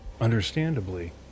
Understandably